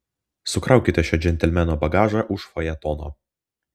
sukraukite šio džentelmeno bagažą už fajetono